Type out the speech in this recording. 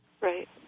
Right